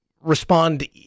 respond